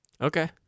Okay